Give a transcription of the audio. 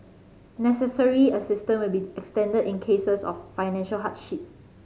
necessary assistant will be extended in cases of financial hardship